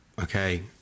Okay